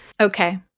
Okay